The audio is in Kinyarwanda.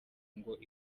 ngo